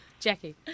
Jackie